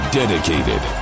dedicated